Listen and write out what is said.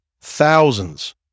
Thousands